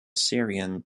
syrian